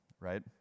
right